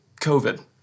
COVID